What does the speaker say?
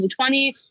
2020